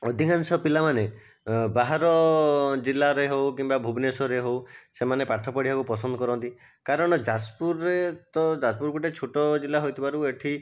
ଅଧିକାଂଶ ପିଲାମାନେ ବାହାର ଜିଲ୍ଲାରେ ହେଉ କିମ୍ବା ଭୁବନେଶ୍ୱରରେ ହେଉ ସେମାନେ ପାଠ ପଢ଼ିବାକୁ ପସନ୍ଦ କରନ୍ତି କାରଣ ଯାଜପୁରରେ ତ ଯାଜପୁର ଗୋଟିଏ ଛୋଟ ଜିଲ୍ଲା ହୋଇଥିବାରୁ ଏଠି